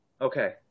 Okay